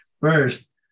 First